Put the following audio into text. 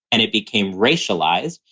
and it became racialized.